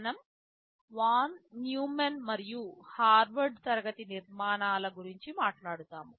మనం von Neumann మరియు Harvard తరగతి నిర్మాణాల గురించి మాట్లాడుతాము